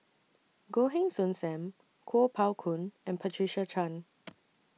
Goh Heng Soon SAM Kuo Pao Kun and Patricia Chan